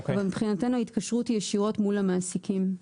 אבל מבחינתנו ההתקשרות היא ישירות מול המעסיקים.